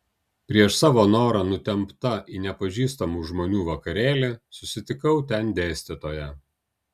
prieš savo norą nutempta į nepažįstamų žmonių vakarėlį susitikau ten dėstytoją